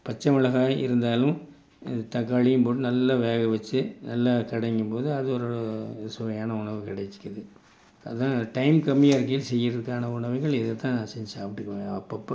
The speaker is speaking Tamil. பச்சை மிளகாய் இருந்தாலும் இது தக்காளியும் போட்டு நல்லா வேக வைச்சு நல்லா கடையும் போது அது ஒரு சுவையான உணவு கிடைக்குது அதுதான் டைம் கம்மியாக இருக்கில்ல செய்கிறதுக்கான உணவுகள் இதைதான் நான் செஞ்சு சாப்பிட்டுக்குவேன் அப்பப்போ